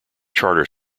charter